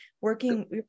Working